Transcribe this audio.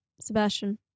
Sebastian